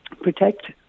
protect